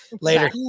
Later